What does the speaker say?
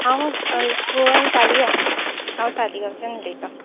हांव हय गोंयान तालिगांव हांव तालिगांवच्यान उलयता